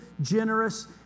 generous